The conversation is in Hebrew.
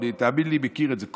האמן לי, אני מכיר את זה.